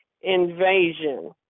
Invasion